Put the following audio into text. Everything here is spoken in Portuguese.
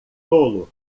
tolo